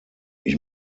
ich